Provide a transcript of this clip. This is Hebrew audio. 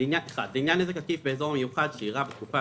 לעניין נזק עקיף באזור המיוחד שאירע בתקופה